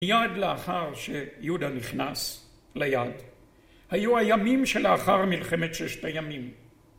מיד לאחר שיהודה נכנס ליד, היו הימים שלאחר מלחמת ששת הימים.